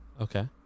Okay